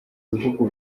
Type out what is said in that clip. bihugu